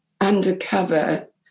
undercover